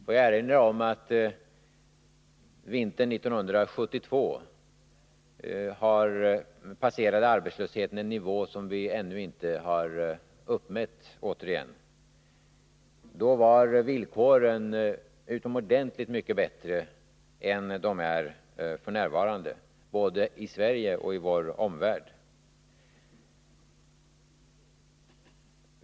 Får jag erinra om att arbetslösheten vintern 1972 passerade en nivå som vi inte återigen har uppmätt. Då var villkoren utomordentligt mycket bättre än de är f. n. både i Sverige och i vår omvärld.